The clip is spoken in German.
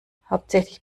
hauptsächlich